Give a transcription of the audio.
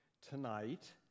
tonight